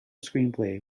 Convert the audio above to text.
screenplay